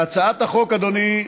להצעת החוק, אדוני,